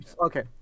Okay